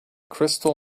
crystal